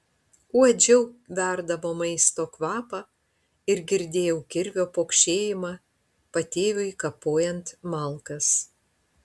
uodžiau verdamo maisto kvapą ir girdėjau kirvio pokšėjimą patėviui kapojant malkas